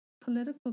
political